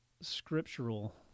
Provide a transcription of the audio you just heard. scriptural